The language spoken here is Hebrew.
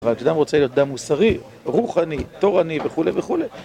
אבל כשאדם רוצה להיות אדם מוסרי, רוחני, תורני וכולי וכולי